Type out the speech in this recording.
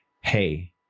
Hey